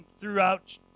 throughout